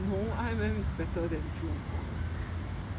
no I_M_M is better than jurong point